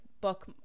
book